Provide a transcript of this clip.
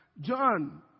John